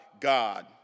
God